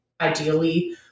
ideally